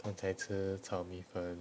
刚才吃炒米粉